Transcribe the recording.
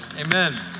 Amen